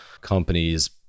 companies